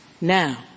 Now